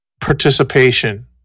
participation